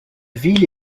ville